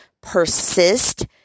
persist